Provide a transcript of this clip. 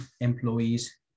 employees